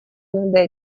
над